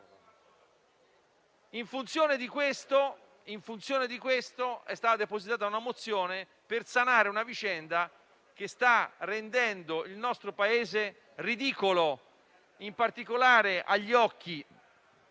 In funzione di questo, è stata depositata una mozione, per sanare una vicenda che sta rendendo il nostro Paese ridicolo, in particolare agli occhi